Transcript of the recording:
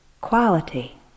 quality